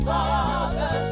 Father